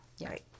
right